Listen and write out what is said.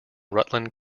rutland